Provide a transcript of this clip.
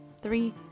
three